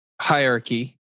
hierarchy